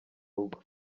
rugo